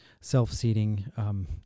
self-seeding